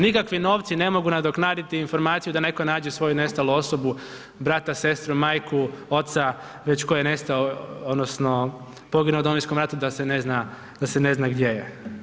Nikakvi novci ne mogu nadoknaditi informaciju da netko nađe svoju nestalu osobu brata, sestru, majku, oca već tko je nestao odnosno poginuo u Domovinskom ratu da se ne zna gdje je.